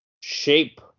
shape